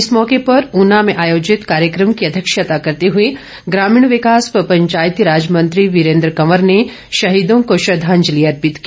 इस मौके पर ऊना में आयोजित कार्यक्रम की अध्यक्षता करते हुए ग्रामीण विकास व पंचायतीराज मंत्री वीरेन्द्र कंवर ने शहीदों को श्रद्धांजलि अर्पित की